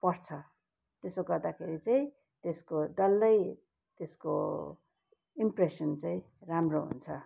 पर्छ त्यसो गर्दाखेरि चाहिँ त्यसको डल्लै त्यसको इम्प्रेसन चाहिँ राम्रो हुन्छ